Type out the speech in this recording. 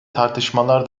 tartışmalar